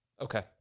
Okay